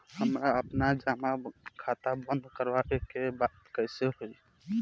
हमरा आपन जमा खाता बंद करवावे के बा त कैसे होई?